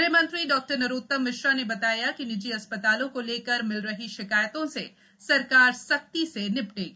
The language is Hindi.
गृह मंत्री डॉ नरोत्तम मिश्रा ने बताया कि निजी अस्पतालों को लेकर मिल रही शिकायतों से सरकार सख्ती से निपटेगी